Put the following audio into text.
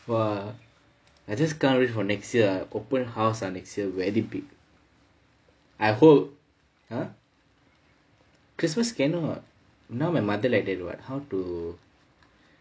!wah! I just can't wait for next year ah open house ah next year very big I hope ah christmas cannot now my mother like that what how to